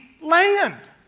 land